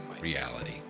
reality